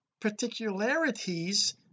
particularities